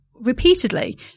repeatedly